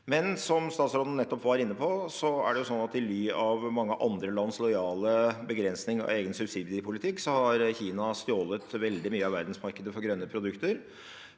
Som statsråden nettopp var inne på, er det sånn at i ly av mange andre lands lojale begrensning av egen subsidiepolitikk har Kina stjålet veldig mye av verdensmarkedet for grønne produkter.